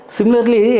Similarly